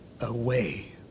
away